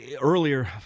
earlier